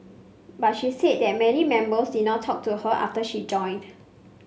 but she said that many members did not talk to her after she joined